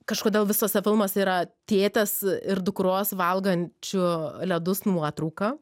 kažkodėl visuose filmuose yra tėtės ir dukros valgančių ledus nuotrauka